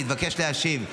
היא תבקש להשיב.